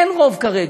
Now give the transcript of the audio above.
אין רוב כרגע,